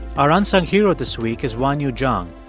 our unsung hero this week is wanyu zhang.